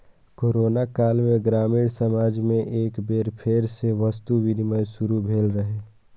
corona काल मे ग्रामीण समाज मे एक बेर फेर सं वस्तु विनिमय शुरू भेल रहै